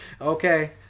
Okay